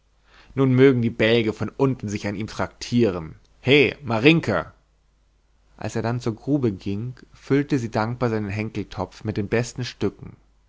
nun mögen die bälge von unten sich an ihm traktieren he marinka als er dann von ihr zur grube ging füllte sie dankbar seinen henkeltopf mit den besten stücken